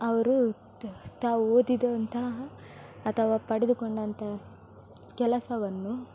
ಅವರು ತಾವು ಓದಿದಂತಹ ಅಥವಾ ಪಡೆದುಕೊಂಡಂತಹ ಕೆಲಸವನ್ನು